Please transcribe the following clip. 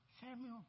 Samuel